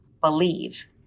believe